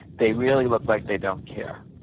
they really look like they don't care.